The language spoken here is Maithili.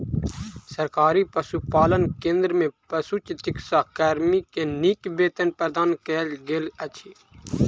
सरकारी पशुपालन केंद्र में पशुचिकित्सा कर्मी के नीक वेतन प्रदान कयल गेल अछि